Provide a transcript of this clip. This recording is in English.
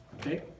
okay